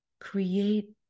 create